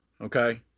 okay